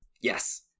Yes